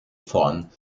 form